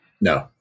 No